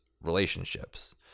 relationships